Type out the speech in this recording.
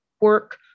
work